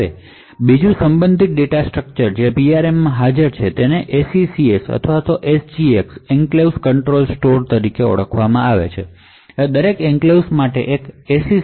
હવે બીજું સંબંધિત ડેટા સ્ટ્રક્ચર જે PRM માં હાજર છે તેને SECS અથવા SGX એન્ક્લેવ્સ કંટ્રોલ સ્ટોર તરીકે ઓળખવામાં આવે છે હવે દરેક એન્ક્લેવ્સ માટે એક SECS